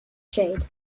shade